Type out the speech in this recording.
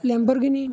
Lamborghini